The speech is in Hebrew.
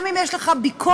גם אם יש לך ביקורת,